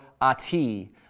Ati